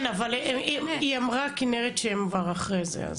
כן, אבל כנרת אמרה שהם כבר אחרי זה.